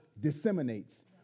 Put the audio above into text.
disseminates